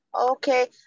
Okay